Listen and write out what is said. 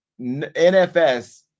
NFS